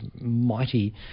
mighty